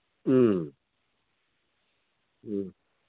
ꯎꯝ ꯎꯝ